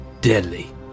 deadly